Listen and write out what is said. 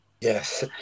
Yes